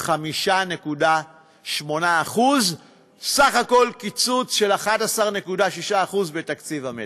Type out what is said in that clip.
של 5.8%. בסך הכול קיצוץ של 11.6% בתקציב המדינה.